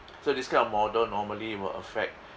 so this kind of model normally it will affect